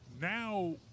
now